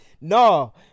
No